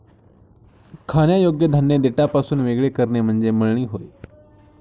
खाण्यायोग्य धान्य देठापासून वेगळे करणे म्हणजे मळणी होय